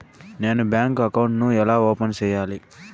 నేను bank account ను ఎలా ఓపెన్ సేయాలి?